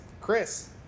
Chris